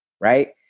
right